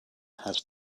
has